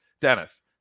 Dennis